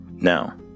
Now